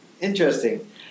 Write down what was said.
interesting